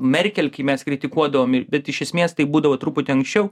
merkel kai mes kritikuodavom ir bet iš esmės tai būdavo truputį anksčiau